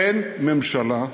אין ממשלה,